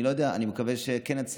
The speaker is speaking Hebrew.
אני לא יודע, אני מקווה שנצליח.